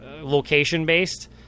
location-based